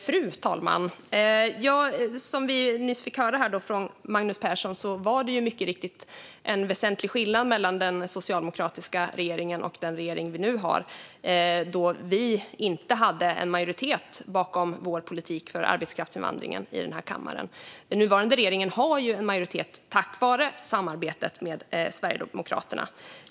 Fru talman! Som vi nyss fick höra från Magnus Persson var det mycket riktigt en väsentlig skillnad mellan den socialdemokratiska regeringen och den regering vi har nu eftersom vi inte hade en majoritet bakom vår politik för arbetskraftsinvandringen här i kammaren. Den nuvarande regeringen har ju en majoritet tack vare samarbetet med Sverigedemokraterna.